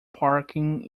parking